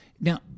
Now